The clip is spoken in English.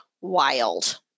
wild